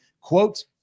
quote